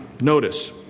Notice